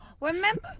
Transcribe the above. Remember